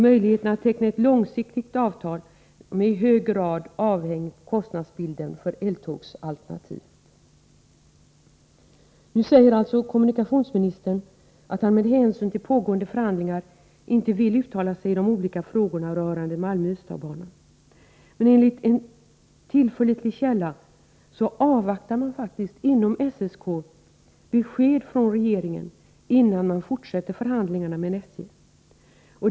Möjligheterna att teckna ett långsiktigt avtal är i hög grad avhängiga av kostnadsbilden för eltågsalternativet. Nu säger kommunikationsministern att han med hänsyn till pågående förhandlingar inte vill uttala sig i de olika frågorna rörande Malmö-Ystadbanan. Men enligt en tillförlitlig källa avvaktar man inom SSK besked från regeringen innan man fortsätter förhandlingarna med SJ.